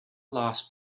last